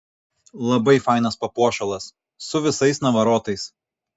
labai fainas papuošalas su visais navarotais